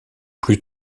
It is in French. plus